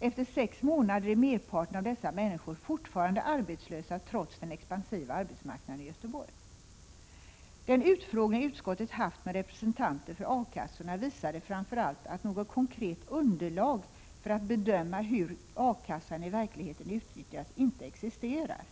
Efter sex månader är merparten av dessa människor fortfarande arbetslösa trots den expansiva arbetsmarknaden i Göteborg. Den utfrågning utskottet haft med representanter för A-kassorna visade framför allt att något konkret underlag för att bedöma hur A-kassan i verkligheten utnyttjas inte existerar.